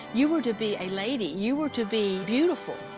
you were to be a lady. you were to be beautiful.